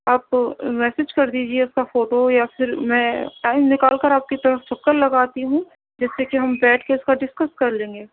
آپ میسیج کر دیجیے آپ کا فوٹو یا پھر میں ٹائم نکال کر آپ کی طرف چکر لگاتی ہوں جس سے کہ ہم بیٹھ کے اِس کا ڈسکس کرلیں گے